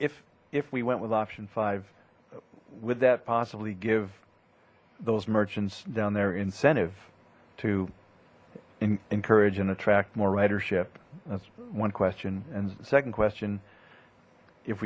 if if we went with option five would that possibly give those merchants down there incentive to encourage and attract more ridership that's one question and the second question if